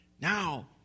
Now